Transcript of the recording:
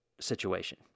situation